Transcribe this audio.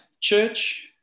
church